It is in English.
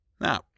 Now